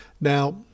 Now